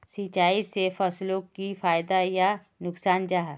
सिंचाई से फसलोक की फायदा या नुकसान जाहा?